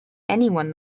anyone